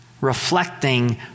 reflecting